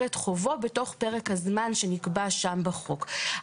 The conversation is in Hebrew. את חובו בתוך פרק הזמן שנקבע שם בחוק.